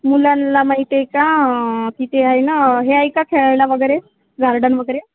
मुलांला माहीत आहे का तिथे आहे ना हे आहे का खेळायला वगैरे गार्डन वगैरे